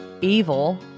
evil